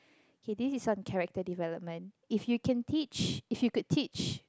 K this is some character development if you can teach if you could teach